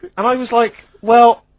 and i was like well,